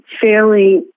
fairly